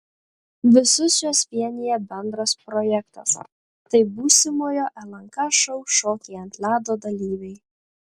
visus juos vienija bendras projektas tai būsimojo lnk šou šokiai ant ledo dalyviai